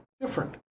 different